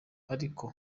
ariko